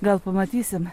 gal pamatysime